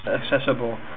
accessible